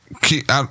keep